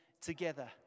together